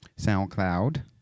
SoundCloud